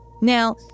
Now